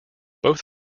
both